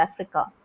Africa